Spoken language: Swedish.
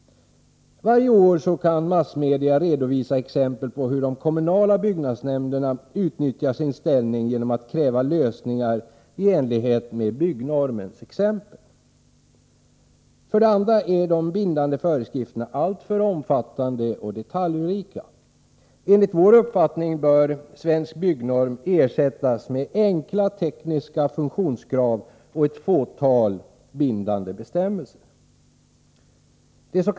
Varje år kan massmedia redovisa exempel på hur de kommunala byggnadsnämnderna utnyttjar sin ställning genom att kräva lösningar i enlighet med byggnormens exempel. Vidare är de bindande föreskrifterna alltför omfattande och detaljrika. Enligt vår uppfattning bör Svensk byggnorm ersättas med enkla tekniska funktionskrav och ett fåtal bindande bestämmelser.